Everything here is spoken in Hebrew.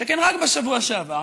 שכן רק בשבוע שעבר,